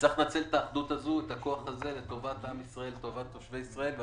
צריך לנצל את האחדות הזאת ואת הכוח הזה לטובת עם ישראל ותושבי ישראל.